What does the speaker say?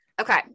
Okay